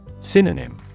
Synonym